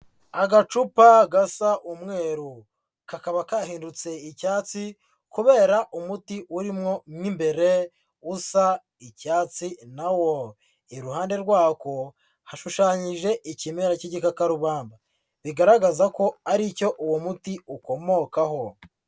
Agacupa gasa umweru, kakaba kahindutse icyatsi kubera umuti urimo mo imbere usa icyatsi na wo. Iruhande rwako hashushanyije ikimera cy'igikakarubamba bigaragaza ko ari cyo uwo muti ukomokaho.